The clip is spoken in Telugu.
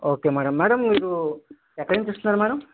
ఓకే మేడం మేడమ్ మీరు ఎక్కడి నుంచి వస్తున్నారు మేడమ్